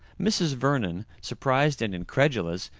mrs. vernon, surprized and incredulous,